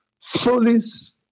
Solis